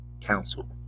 council